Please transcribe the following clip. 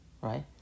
right